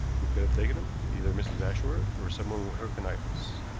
who could have taken them? either mrs. ashworth, or someone with her connivance.